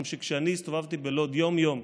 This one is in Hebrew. אני הסתובבתי בלוד יום-יום,